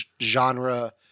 genre